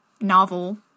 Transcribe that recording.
novel